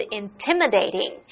intimidating